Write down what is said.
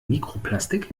mikroplastik